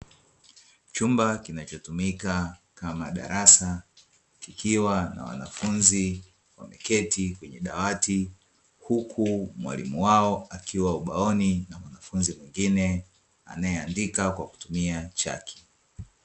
Chumba kinacho tumika kama darasa, kikiwa na wanafunzi wameketi kwenye dawati Huku mwalimu wao akiwa ubaoni na mwanafunzi mwingine anayeandika kwa kutumia chaki.